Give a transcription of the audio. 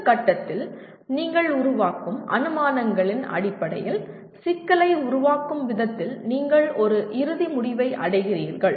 இந்த கட்டத்தில் நீங்கள் உருவாக்கும் அனுமானங்களின் அடிப்படையில் சிக்கலை உருவாக்கும் விதத்தில் நீங்கள் ஒரு இறுதி முடிவை அடைகிறீர்கள்